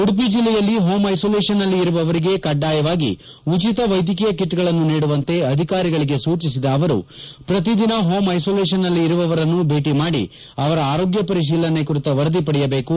ಉಡುಪಿ ಜಿಲ್ಲೆಯಲ್ಲಿ ಹೋಂ ಐಸೋಲೇಷನ್ನಲ್ಲಿ ಇರುವವರಿಗೆ ಕಡ್ಡಾಯವಾಗಿ ಉಚಿತ ವೈದ್ಯಕೀಯ ಕಟ್ಗಳನ್ನು ನೀಡುವಂತೆ ಅಧಿಕಾರಿಗಳಿಗೆ ಸೂಚಿಸಿದ ಅವರು ಪ್ರತಿದಿನ ಹೋಂ ಐಸೋಲೇಷನ್ನಲ್ಲಿ ಇರುವವರನ್ನು ಭೇಟಿ ಮಾಡಿ ಅವರ ಅರೋಗ್ಯ ಪರತೀಲನೆ ಕುರಿತು ವರದಿ ಪಡೆಯಬೇಕು